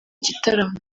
gitaramo